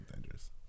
dangerous